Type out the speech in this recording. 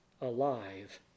alive